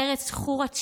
ארץ שכורת שמש,